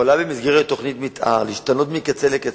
יכולה במסגרת תוכנית מיתאר להשתנות מקצה לקצה,